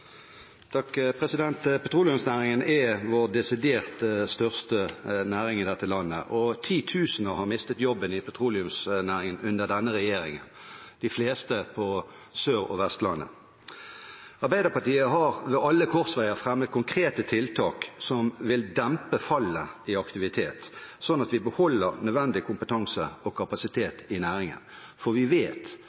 har mistet jobben i petroleumsnæringen under denne regjeringen – de fleste på Sør- og Vestlandet. Arbeiderpartiet har ved alle korsveier fremmet konkrete tiltak som vil dempe fallet i aktivitet, slik at vi beholder nødvendig kompetanse og kapasitet i næringen, for vi vet